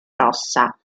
rossa